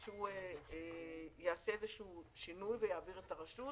חשב שהוא יעשה איזשהו שינוי ויעביר את הרשות,